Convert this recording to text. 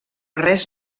res